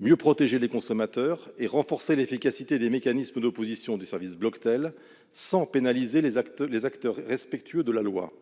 mieux protéger les consommateurs et de renforcer l'efficacité des mécanismes d'opposition du service Bloctel sans pénaliser les acteurs respectueux de la loi,